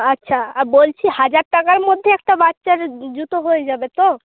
আচ্ছা আর বলছি হাজার টাকার মধ্যে একটা বাচ্চার জুতো হয়ে যাবে তো